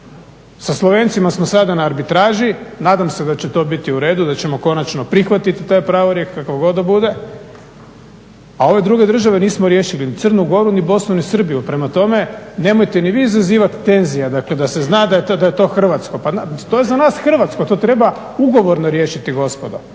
Sa Slovencima smo sada na arbitraži, nadam se da će to biti u redu, da ćemo konačno prihvatiti taj pravorijek kakav god da bude a ove druge države nismo riješili, Crnu Goru ni Bosnu ni Srbiju. Prema tome nemojte ni vi zazivati tenzije dakle da se zna da je to hrvatsko. Pa to je za nas hrvatsko, to treba ugovorno riješiti gospodo.